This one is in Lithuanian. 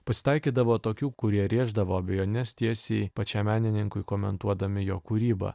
pasitaikydavo tokių kurie rėždavo abejones tiesiai pačiam menininkui komentuodami jo kūrybą